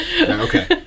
Okay